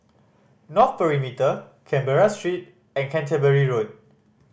North Perimeter Road Canberra Street and Canterbury Road